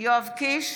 יואב קיש,